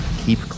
keep